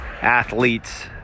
athletes